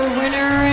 winner